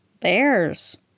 bears